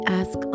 ask